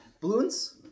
balloons